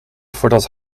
voordat